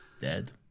Dead